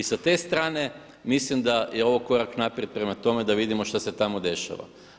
I sa te strane mislim da je ovo korak naprijed prema tome da vidimo što se tamo dešava.